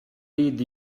did